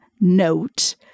note